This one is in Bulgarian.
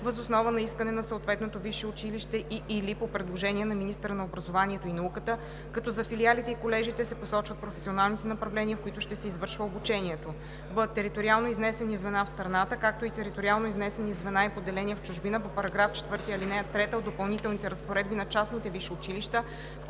въз основа на искане на съответното висше училище и/или по предложение на министъра на образованието и науката, като за филиалите и колежите се посочват професионалните направления, в които ще се извършва обучението; б) териториално изнесени звена в страната, както и териториално изнесени звена и поделения в чужбина по § 4, ал. 3 от допълнителните разпоредби на частните висши училища,